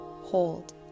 Hold